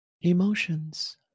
emotions